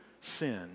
sin